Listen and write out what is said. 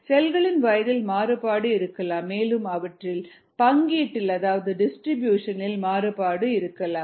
செல்களின் வயதில் மாறுபாடு இருக்கலாம் மேலும் அவற்றின் பங்கீட்டில் மாறுபாடு இருக்கலாம்